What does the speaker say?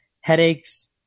headaches